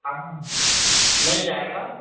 ہاں مل جائے گا